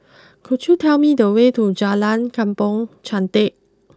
could you tell me the way to Jalan Kampong Chantek